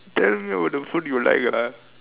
damn weird all the food you like lah